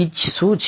pitch શું છે